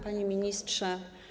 Panie Ministrze!